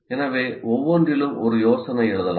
எனவே ஒவ்வொன்றிலும் ஒரு யோசனை எழுதலாம்